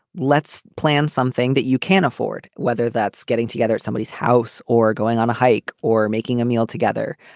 let's plan something that you can't afford. whether that's getting together at somebody's house or going on a hike or making a meal together.